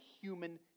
human